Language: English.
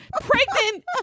Pregnant